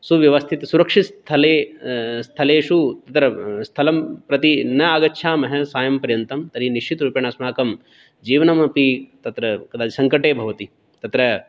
सुव्यवस्थित सुरक्षितस्थले स्थलेषु तत्र स्थलं प्रति न आगच्छामः सायं पर्यन्तं तर्हि निश्चितरूपेण अस्माकं जीवनमपि तत्र कदाचित् सङ्कटे भवति तत्र